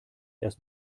erst